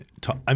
talk